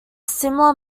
similar